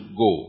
go